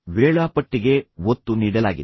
ವೇಳಾಪಟ್ಟಿಗೆ ಒತ್ತು ನೀಡಲಾಗಿದೆ